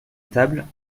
table